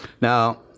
Now